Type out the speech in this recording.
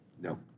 no